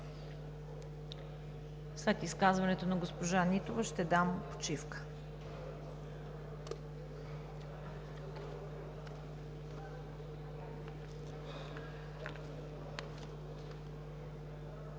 След изказването на госпожа Нитова ще дам почивка.